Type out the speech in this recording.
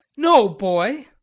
no, boy,